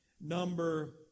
number